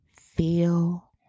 feel